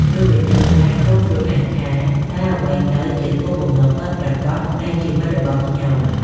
យុវជនតែងសួរខ្លួនឯងថា "តើអ្វីទៅជាគោលបំណងពិតប្រាកដនៃជីវិតរបស់ខ្ញុំ?